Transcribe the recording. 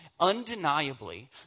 undeniably